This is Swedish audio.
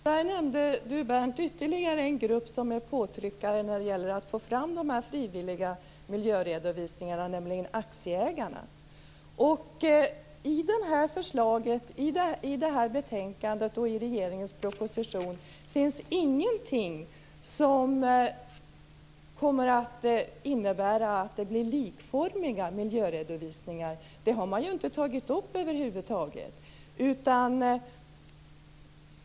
Herr talman! Berndt Sköldestig nämnde ytterligare en grupp som är påtryckare när det gäller att få fram dessa frivilliga miljöredovisningarna, nämligen aktieägarna. I detta betänkande och i regeringens proposition finns ingenting som kommer att innebära att det blir likformiga miljöredovisningar. Det har man ju över huvud taget inte tagit upp.